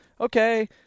Okay